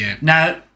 Now